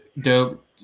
dope